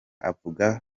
akavuga